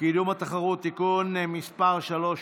(קידום התחרות) (תיקון) (תיקון מס' 3),